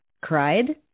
cried